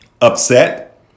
upset